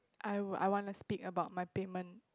I I wanna speak about my payment